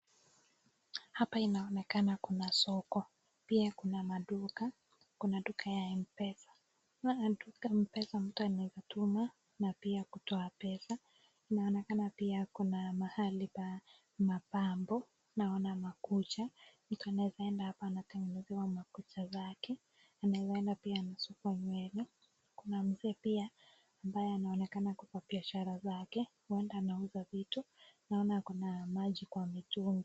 Hapa inaonekana kuna soko pia kuna duka ya mpesa kwa duka ya mpesa mtu anaeza tuma na kutoa pesa inaonekana kuna mahali pa mapambo ya kucha mtu anaeza enda hapa atengenezwe kucha zake anaeza enda kusukwa nywele kuna mzee pia huenda anauza vitu